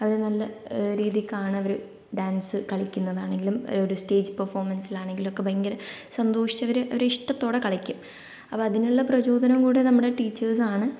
അവര് നല്ല രീതിക്കാണ് അവര് ഡാൻസ് കളിക്കുന്നതാണെങ്കിലും ഒരു സ്റ്റേജ് പെർഫോമൻസിലാണെങ്കിലും ഒക്കെ ഭയങ്കര സന്തോഷിച്ച് അവര് ഒരു ഇഷ്ടത്തോടെ കളിക്കും അപ്പോൾ അതിനുള്ള പ്രചോദനവും കൂടി നമ്മുടെ ടീച്ചേഴ്സാണ്